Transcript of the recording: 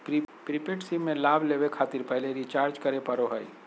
prepaid SIM में लाभ लेबे खातिर पहले रिचार्ज करे पड़ो हइ